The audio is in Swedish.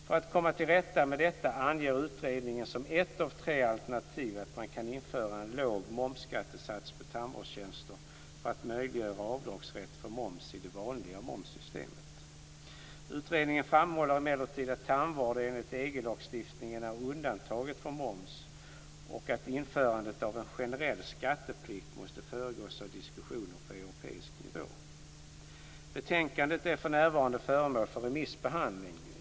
För att komma till rätta med detta anger utredningen, som ett av tre alternativ, att man kan införa en låg momsskattesats på tandvårdstjänster för att möjliggöra avdragsrätt för moms i det vanliga momssystemet. Utredningen framhåller emellertid att tandvård enligt EG-lagstiftningen är undantagen från moms, och att införandet av en generell skatteplikt måste föregås av diskussioner på europeisk nivå. Betänkandet är för närvarande föremål för remissbehandling.